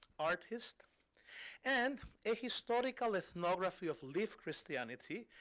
artists and a historical ethnography of lived christianity,